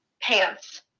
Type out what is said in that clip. pants